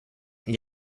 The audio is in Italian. gli